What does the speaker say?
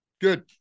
Good